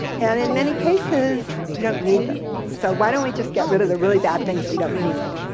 and in many cases you don't need them, so why don't we just get rid of the really bad things we don't need.